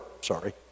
sorry